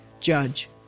Judge